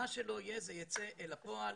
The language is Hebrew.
מה שלא יהיה, זה ייצא אל הפועל.